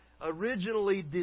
originally